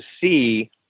see